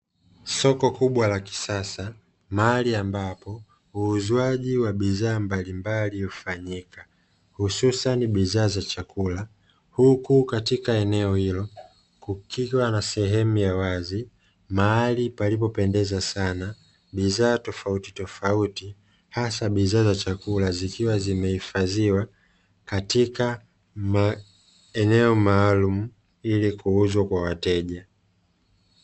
Soko kubwa la kisasa mahali ambapo uuzwaji wa bidhaa mbalimbali hufanyika hususani bidhaa za chakula, huku katika eneo hilo kukiwa na sehemu ya wazi mahali palipo pendeza sana. Bidhaa tofautitofauti hasa bidhaa za chakula zikiwa zimehifadhiwa katika maeneo maalumu ili kuuzwa kwa wateja.